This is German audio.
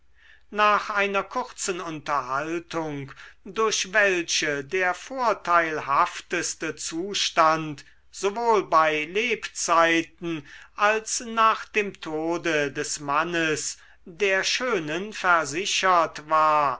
nach einer kurzen unterhandlung durch welche der vorteilhafteste zustand sowohl bei lebzeiten als nach dem tode des mannes der schönen versichert war